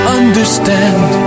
understand